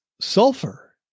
sulfur